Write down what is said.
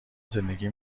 زندگی